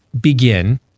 begin